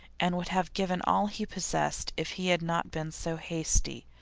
and would have given all he possessed if he had not been so hasty.